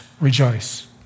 rejoice